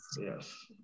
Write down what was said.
Yes